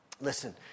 Listen